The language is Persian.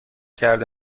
کرده